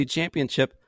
Championship